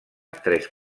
tres